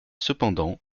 cependant